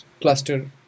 cluster